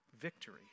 victory